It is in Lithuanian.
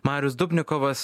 marius dubnikovas